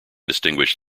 distinguish